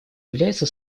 является